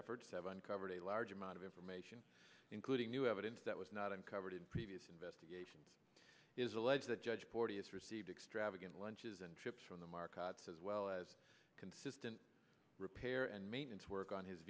efforts have uncovered a large amount of information including new evidence that was not uncovered in previous investigations is allege that judge porteous received extravagant lunches and chips from the markets as well as consistent repair and maintenance work on his